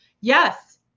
yes